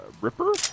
Ripper